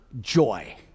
joy